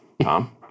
Tom